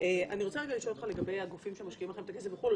אני רוצה לשאול אותך לגבי הגופים שמשקיעים בכם את הכסף בחו"ל.